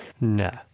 no